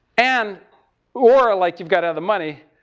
and or, like you've got to have the money.